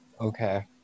okay